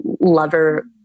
lover